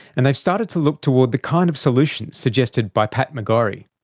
and they've started to look toward the kind of solutions suggested by pat mcgorry,